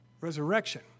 resurrection